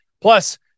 Plus